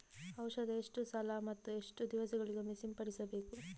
ಔಷಧ ಎಷ್ಟು ಸಲ ಮತ್ತು ಎಷ್ಟು ದಿವಸಗಳಿಗೊಮ್ಮೆ ಸಿಂಪಡಿಸಬೇಕು?